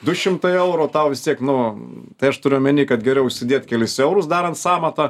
du šimtai eurų o tau vis tiek nu tai aš turiu omeny kad geriau įsidėt kelis eurus darant sąmatą